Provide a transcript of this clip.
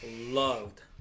loved